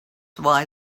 why